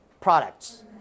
products